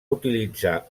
utilitzar